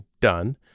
done